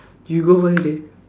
you go first leh